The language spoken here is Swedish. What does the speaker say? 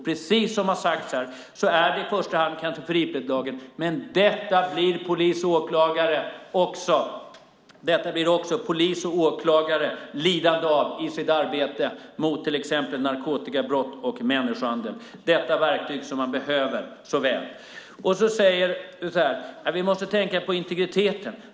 Precis som har sagts här är det kanske i första hand för Ipredlagen, men detta blir polis och åklagare lidande av i sitt arbete mot till exempel narkotikabrott och människohandel. Det är ett verktyg som man behöver så väl. Man måste tänka på integriteten.